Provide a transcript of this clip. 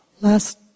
Last